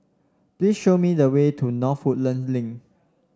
please show me the way to North Woodland Link